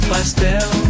pastel